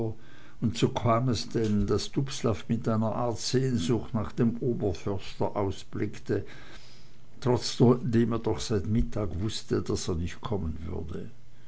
und so kam es denn daß dubslav mit einer art sehnsucht nach dem oberförster ausblickte trotzdem er doch seit mittag wußte daß er nicht kommen würde